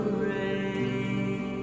rain